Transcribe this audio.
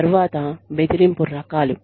తర్వాత బెదిరింపు రకాలు